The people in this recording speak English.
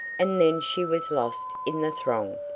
and then she was lost in the throng.